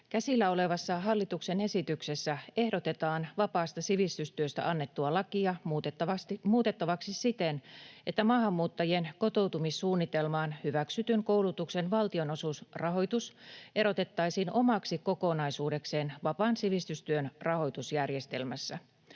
Käsillä olevassa hallituksen esityksessä ehdotetaan vapaasta sivistystyöstä annettua lakia muutettavaksi siten, että maahanmuuttajien kotoutumissuunnitelmaan hyväksytyn koulutuksen valtionosuusrahoitus erotettaisiin omaksi kokonaisuudekseen vapaan sivistystyön rahoitusjärjestelmässä.